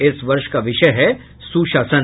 इस वर्ष का विषय है सुशासन